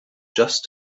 just